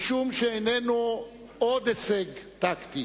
משום שאיננו עוד הישג טקטי,